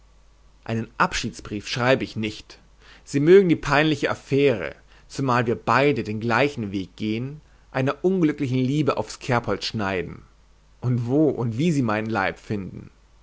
einen abschiedsbrief schreibe ich nicht sie mögen die peinliche affaire zumal wir beide den gleichen weg gehen einer unglücklichen liebe aufs kerbholz schneiden und wo und wie sie meinen leib finden